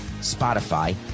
Spotify